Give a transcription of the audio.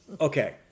Okay